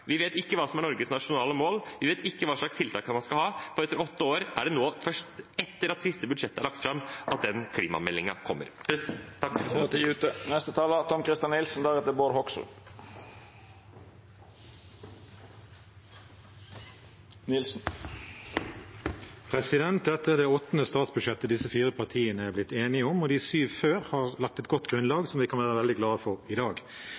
Vi vet ikke hva som er Norges nasjonale mål. Vi vet ikke hva slags tiltak man skal ha, for etter åtte år er det først nå, etter at det siste budsjettet er lagt fram, at den klimameldingen kommer. Dette er det åttende statsbudsjettet disse fire partiene er blitt enige om, og de syv før har lagt et godt grunnlag som vi kan være veldig glade for i dag.